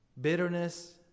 bitterness